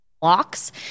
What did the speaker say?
blocks